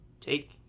Take